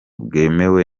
bwemewe